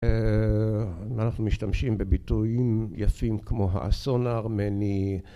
‫ואנחנו משתמשים בביטויים יפים ‫כמו האסון הארמני.